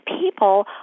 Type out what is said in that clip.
people